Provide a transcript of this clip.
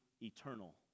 eternal